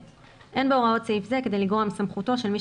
אין בהוראות סעיף זה כדי לגרוע מסמכותו של מי